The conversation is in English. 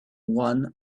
one